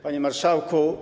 Panie Marszałku!